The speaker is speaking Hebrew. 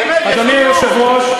באמת, יש גבול.